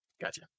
Gotcha